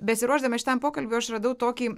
besiruošdama šitam pokalbiui aš radau tokį